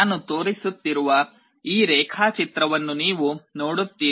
ನಾನು ತೋರಿಸುತ್ತಿರುವ ಈ ರೇಖಾಚಿತ್ರವನ್ನು ನೀವು ನೋಡುತ್ತೀರಿ